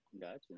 Gotcha